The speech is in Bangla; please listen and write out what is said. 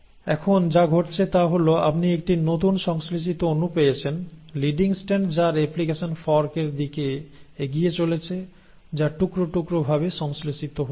এখন যা ঘটছে তা হল আপনি একটি নতুন সংশ্লেষিত অণু পেয়েছেন লিডিং স্ট্র্যান্ড যা রেপ্লিকেশন ফর্ক এর দিকে এগিয়ে চলেছে যা টুকরো টুকরো ভাবে সংশ্লেষিত হচ্ছে